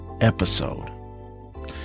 episode